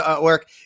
work